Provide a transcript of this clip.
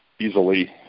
easily